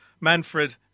Manfred